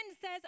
says